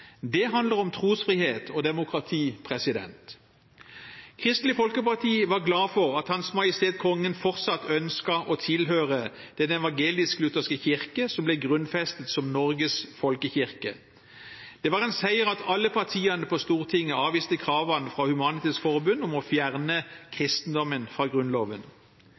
Det handler om trosfrihet og demokrati. Kristelig Folkeparti var glad for at Hans Majestet Kongen fortsatt ønsket å tilhøre den evangelisk-lutherske kirke, som ble grunnfestet som Norges folkekirke. Det var en seier at alle partier på Stortinget avviste kravene fra Human-Etisk Forbund om å fjerne kristendommen fra Grunnloven.